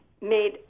made